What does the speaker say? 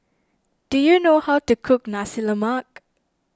do you know how to cook Nasi Lemak